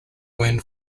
wound